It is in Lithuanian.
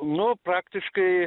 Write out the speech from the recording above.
nu praktiškai